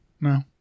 No